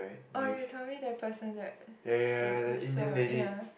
oh you told me that person that so~ sorry ya